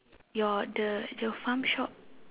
your the the farm shop